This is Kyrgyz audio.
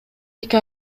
эки